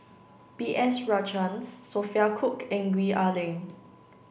B S Rajhans Sophia Cooke and Gwee Ah Leng